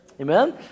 Amen